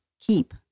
keep